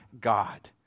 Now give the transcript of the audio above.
God